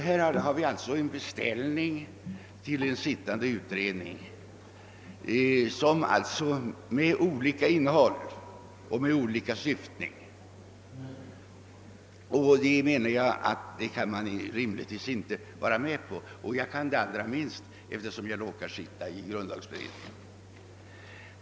Det är således fråga om en beställning till en sittande utredning med delvis olika syftning. Enligt min mening kan man inte gå med på något sådant; allra minst kan jag själv göra det eftersom jag råkar tillhöra grundlagberedningen.